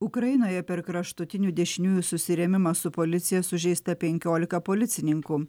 ukrainoje per kraštutinių dešiniųjų susirėmimą su policija sužeista penkiolika policininkų